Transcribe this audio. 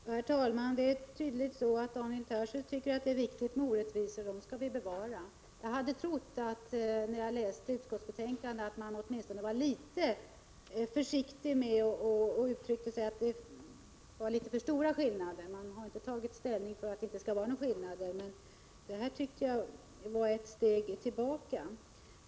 Herr talman! Daniel Tarschys tycker tydligen att orättvisor är viktiga och skall bevaras. När jag läste betänkandet fann jag att utskottet var litet försiktigt i sättet att uttrycka sig, när det stod att det var litet för stora skillnader — man har i och för sig inte tagit ställning för att det inte skall vara några skillnader. Nu har utskottet emellertid tagit ett steg tillbaka.